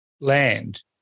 land